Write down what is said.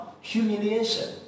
humiliation